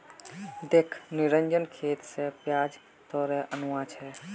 दख निरंजन खेत स प्याज तोड़े आनवा छै